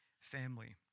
family